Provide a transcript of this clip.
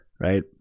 right